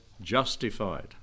justified